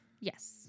Yes